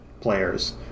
players